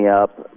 up